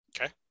okay